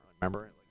remember